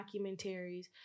documentaries